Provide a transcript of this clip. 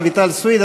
רויטל סויד,